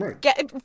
Get